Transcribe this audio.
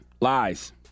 lies